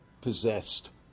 possessed